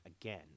again